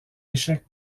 échec